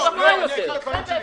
אנחנו עושים פה פשע נגד הציבור.